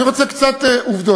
אני רוצה לתת קצת עובדות,